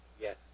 Yes